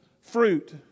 fruit